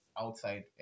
outside